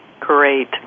Great